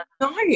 No